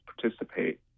participate